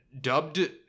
dubbed